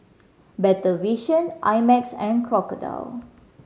Better Vision I Max and Crocodile